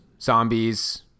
zombies